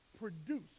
produce